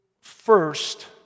first